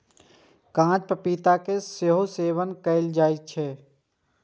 कांच पपीता के सेहो सेवन कैल जाइ छै